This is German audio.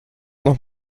noch